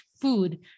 food